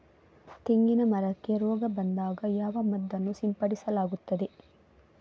ತೆಂಗಿನ ಮರಕ್ಕೆ ರೋಗ ಬಂದಾಗ ಯಾವ ಮದ್ದನ್ನು ಸಿಂಪಡಿಸಲಾಗುತ್ತದೆ?